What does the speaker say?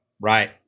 Right